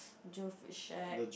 Jove is shag